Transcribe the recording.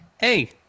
Hey